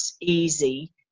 easy